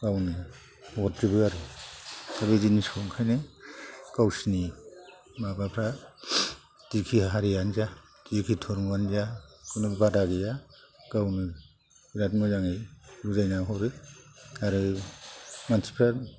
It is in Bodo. गावनो हरजोबो आरो दा बे जिनिसखौ ओंखायनो गावसिनि माबाफ्रा जेखि हारिआनो जा जेखि धर्मआनो जा खुनुबादा गैया गावनो बिराद मोजाङै बुजायना हरो आरो मानसिफ्रा